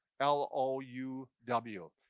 l o u w.